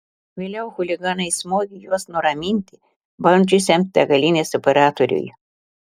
vėliau chuliganai smogė juos nuraminti bandžiusiam degalinės operatoriui